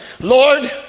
Lord